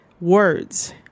words